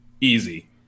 Easy